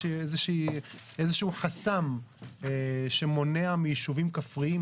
איזשהו חסם שמונע מיישובים כפריים,